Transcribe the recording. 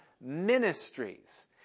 ministries